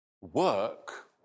work